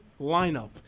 lineup